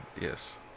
yes